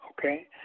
Okay